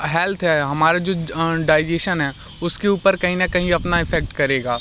health है हमारा जो डाईजेशन है उसके ऊपर कहीं ना कहीं अपना इफेक्ट करेगा